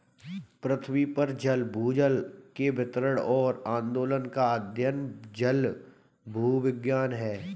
पृथ्वी पर जल भूजल के वितरण और आंदोलन का अध्ययन जलभूविज्ञान है